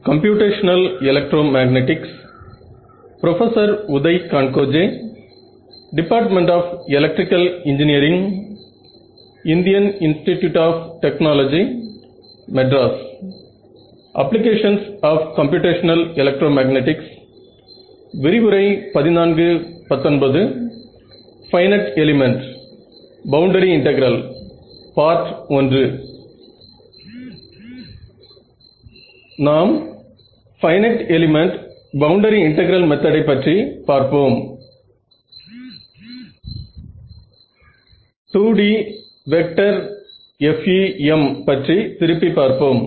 2D vector FEM பற்றி திருப்பி பார்ப்போம்